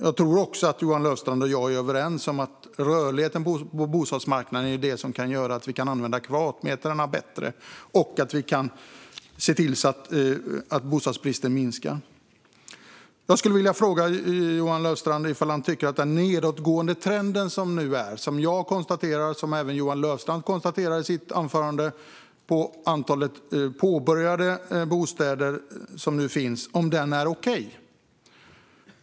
Jag tror också att Johan Löfstrand och jag är överens om att rörlighet på bostadsmarknaden är det som kan göra att vi kan använda kvadratmeterna bättre och att bostadsbristen minskar. Jag skulle vilja fråga Johan Löfstrand ifall han tycker att den nedåtgående trend som nu är, som jag konstaterade och även Johan Löfstrand konstaterade i sitt anförande, i antalet påbörjade bostäder är okej.